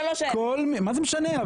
ב-93' --- מה זה משנה?